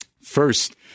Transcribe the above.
First